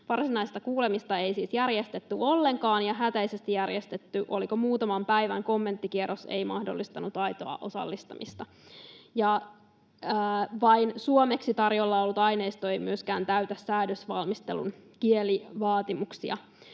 Varsinaista kuulemista ei siis järjestetty ollenkaan, ja hätäisesti järjestetty...” — oliko muutaman päivän — ”...kommenttikierros ei mahdollistanut aitoa osallistumista. Vain suomeksi tarjolla ollut aineisto ei myöskään täytä säädösvalmistelun kielivaatimuksia.”